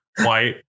White